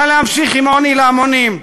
ולהמשיך עם עוני להמונים.